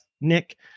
Nick